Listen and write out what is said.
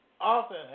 often